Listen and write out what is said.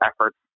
efforts